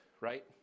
right